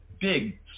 big